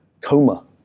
coma